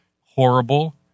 horrible